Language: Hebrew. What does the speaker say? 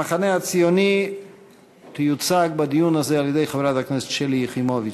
המחנה הציוני ייוצג בדיון הזה על-ידי חברת הכנסת שלי יחימוביץ,